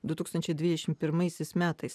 du tūkstančiai dvidešim pirmaisiais metais